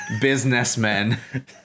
Businessmen